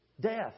death